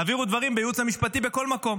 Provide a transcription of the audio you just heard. ותעבירו דברים בייעוץ המשפטי בכל מקום.